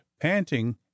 panting